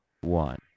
one